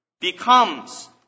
becomes